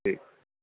ਠੀਕ